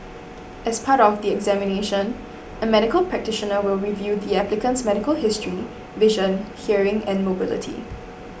as part of the examination a medical practitioner will review the applicant's medical history vision hearing and mobility